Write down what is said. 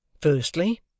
firstly